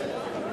להלן